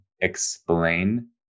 explain